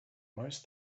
most